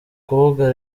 kuvuga